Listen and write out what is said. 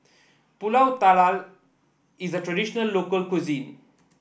pulut Tatal is a traditional local cuisine